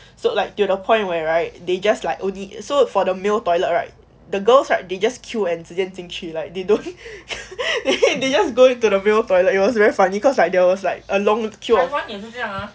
so like till the point where right they just like only so for the male toilet right the girls right they just queue and 直接进去 like they don't they just going to the toilet it was very funny cause like there was like a long queue of